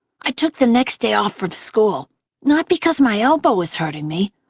i took the next day off from school not because my elbow was hurting me,